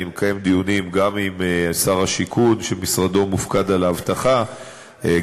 אני מקיים דיונים גם עם שר הבינוי והשיכון,